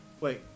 Wait